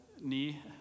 Knee